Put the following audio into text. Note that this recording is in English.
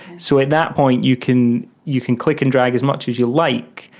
so at that point you can you can click and drag as much as you like,